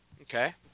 Okay